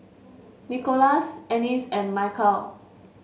Nikolas Annis and Michal